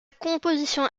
composition